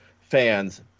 fans